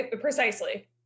precisely